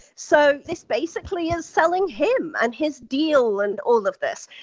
so this basically is selling him and his deal and all of this.